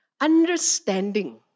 Understanding